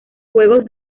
juegos